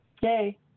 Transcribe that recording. Yay